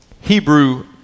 Hebrew